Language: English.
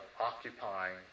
occupying